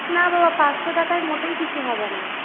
না বাবা পাঁচশো টাকায় মোটেই কিছু হবে না